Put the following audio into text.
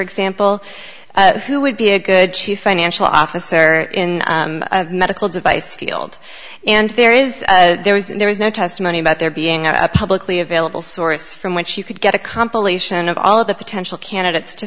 example who would be a good chief financial officer in medical device field and there is there was there was no testimony about there being a publicly available source from which you could get a compilation of all of the potential candidates to